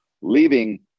leaving